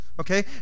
okay